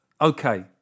okay